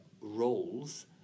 roles